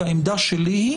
כי העמדה שלי היא